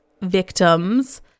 victims